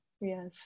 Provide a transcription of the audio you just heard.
Yes